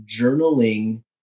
journaling